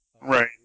Right